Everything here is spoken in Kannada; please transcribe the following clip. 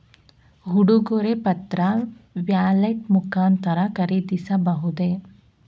ಉಡುಗೊರೆ ಪತ್ರ ವ್ಯಾಲೆಟ್ ಮುಖಾಂತರ ಖರೀದಿಸಬಹುದೇ?